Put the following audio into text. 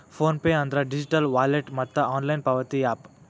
phone pay ಅಂದ್ರ digital wallet ಮತ್ತ online ಪಾವತಿ ಯಾಪ್